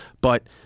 but-